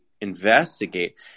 investigate